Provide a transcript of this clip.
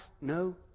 no